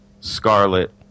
Scarlet